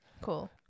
cool